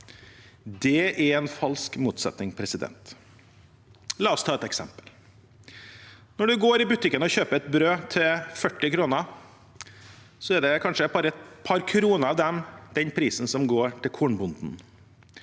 Det er en falsk motsetning. La oss ta et eksempel: Når man går i butikken og kjøper et brød til 40 kr, er det kanskje bare et par kroner av det som går til kornbonden.